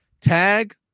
tag